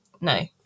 no